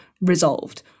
resolved